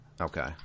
Okay